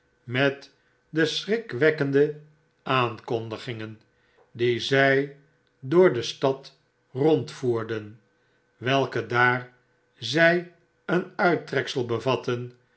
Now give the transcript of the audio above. met de schrikwekkende aankondigingen die zjj door de stad rondvoerden welke daar zij een uittreksel bevatten